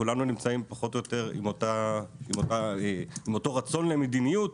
כולנו נמצאים פחות או יותר עם אותו רצון למדיניות.